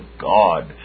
God